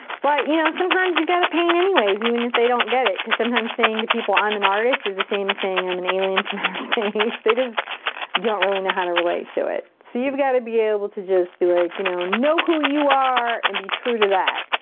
but, you know, sometimes you've gotta paint, anyways, even if they don't get it. cause sometimes saying to people, i'm an artist, is the same as saying, i'm an alien from outer space. they just don't really know how to relate to it. so you've got to be able to just be like, you know, know who you are, and be true to that.